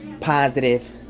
positive